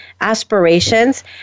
aspirations